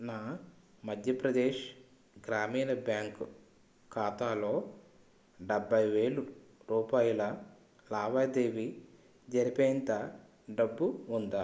నా మధ్య ప్రదేశ్ గ్రామీణ బ్యాంక్ ఖాతాలో డెబ్బై వేలు రూపాయల లావాదేవీ జరిపేంత డబ్బు ఉందా